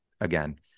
again